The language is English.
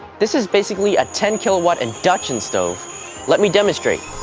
this is basically a ten kilowatt induction stove let me demonstrate.